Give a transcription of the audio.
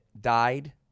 died